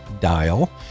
Dial